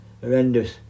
horrendous